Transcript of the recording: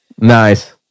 Nice